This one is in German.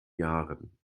jahren